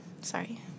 sorry